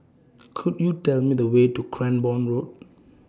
Could YOU Tell Me The Way to Cranborne Road